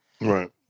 Right